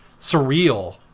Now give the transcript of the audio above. surreal